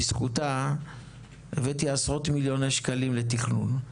בזכותה הבאתי עשרות מיליוני שקלים לתכנון.